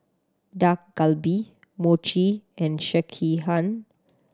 Dak Galbi Mochi and Sekihan